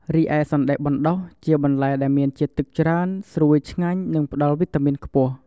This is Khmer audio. រីឯសណ្តែកបណ្តុះ ជាបន្លែដែលមានជាតិទឹកច្រើន ស្រួយឆ្ងាញ់ និងផ្តល់វីតាមីនខ្ពស់។